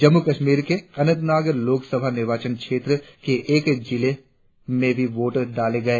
जम्मू कश्मीर के अनंतनाग लोकसभा निर्वाचन क्षेत्र के एक जिले में भी आज वोट डाले गए